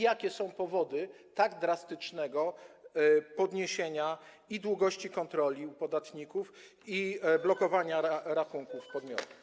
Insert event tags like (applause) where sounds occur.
Jakie są powody tak drastycznego zwiększenia długości kontroli u podatników (noise) i blokowania rachunków podmiotów?